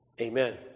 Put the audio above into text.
Amen